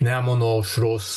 nemuno aušros